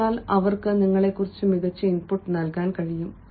അതിനാൽ അവർക്ക് നിങ്ങളെക്കുറിച്ച് മികച്ച ഇൻപുട്ട് നൽകാൻ കഴിയും